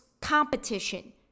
competition